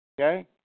Okay